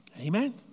Amen